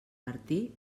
martí